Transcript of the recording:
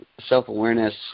self-awareness